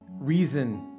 reason